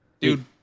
Dude